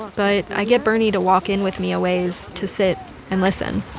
but i get bernie to walk in with me a ways to sit and listen